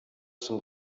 some